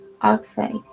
oxide